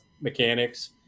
mechanics